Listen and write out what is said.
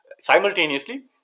simultaneously